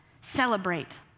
celebrate